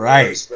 Right